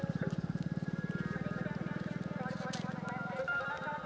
हम अपन debit card के गुम होय के रिपोर्ट करे के चाहि छी